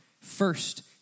First